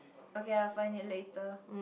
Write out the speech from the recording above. okay I'll find it later